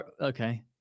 Okay